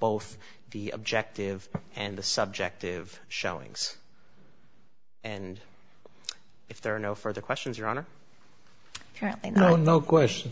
both the objective and the subjective showings and if there are no further questions your honor i know no question